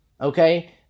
okay